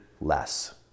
less